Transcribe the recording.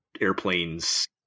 airplanes